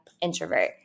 introvert